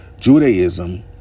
Judaism